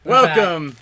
Welcome